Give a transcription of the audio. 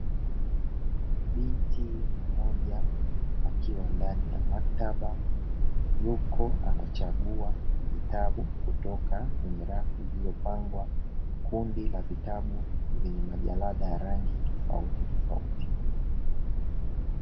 Binti mmoja akiwa ndani ya maktaba yuko anachagua vitabu kutoka kwenye rafu iliyopangwa kundi la vitabu, vyenye majalada ya rangi tofautitofauti.